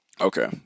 okay